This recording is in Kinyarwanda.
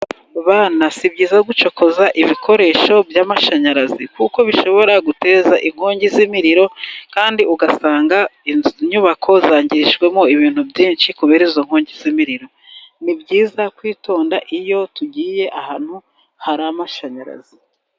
Ku bana si byiza gucokoza ibikoresho by'amashanyarazi, kuko bishobora guteza inkongi z'imiriro, kandi ugasanga inyubako zangirijwemo ibintu byinshi, kubera izo nkongi z'imiriro. Ni byiza kwitonda iyo tugiye ahantu hari amashanyarazi.